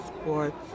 Sports